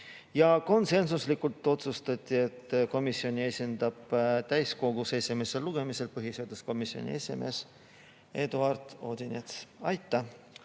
Konsensuslikult otsustati, et komisjoni esindab täiskogus esimesel lugemisel põhiseaduskomisjoni esimees Eduard Odinets. Aitäh!